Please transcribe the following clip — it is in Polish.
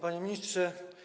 Panie Ministrze!